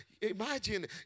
Imagine